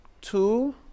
Two